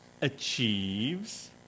Achieves